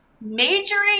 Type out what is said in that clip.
majoring